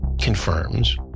confirms